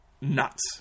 nuts